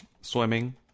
swimming